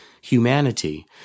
humanity